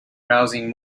browsing